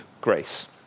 grace